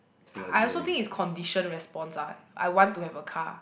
I also think is condition response ah I want to have a car